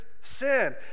sin